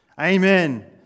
Amen